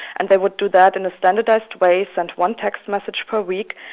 and they would do that in a standardised way, send one text message per week.